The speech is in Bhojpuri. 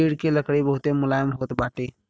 चीड़ के लकड़ी बहुते मुलायम होत बाटे